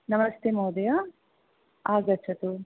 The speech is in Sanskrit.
नमस्ते महोदयः आगच्छतु